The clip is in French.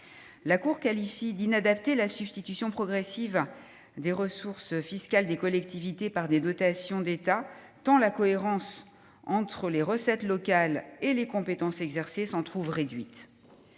La Cour qualifie d'« inadaptée » la substitution progressive des ressources fiscales des collectivités par des dotations de l'État, tant la cohérence entre les recettes locales et les compétences exercées s'en trouve réduite.